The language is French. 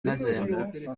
mazères